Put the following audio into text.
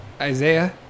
Isaiah